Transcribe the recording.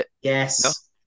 Yes